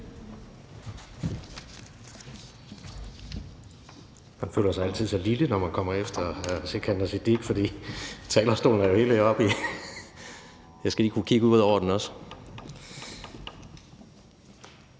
Man føler sig altid så lille, når man kommer efter hr. Sikandar Siddique, fordi talerstolen jo er højt oppe – jeg skal lige kunne kigge ud over den også.